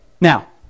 Now